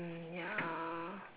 hmm ya